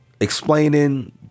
explaining